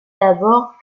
d’abord